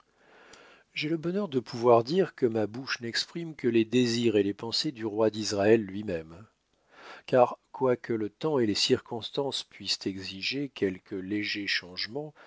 j'ai le bonheur de pouvoir dire que ma bouche n'exprime que les désirs et les pensées du roi d'israël lui-même car quoique le temps et les circonstances puissent exiger quelques légers changements